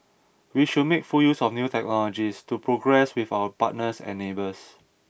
we should make full use of new technologies to progress with our partners and neighbours